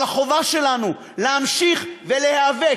אבל החובה שלנו, להמשיך ולהיאבק